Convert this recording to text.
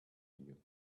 you